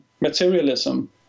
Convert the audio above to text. materialism